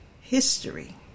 history